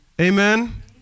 Amen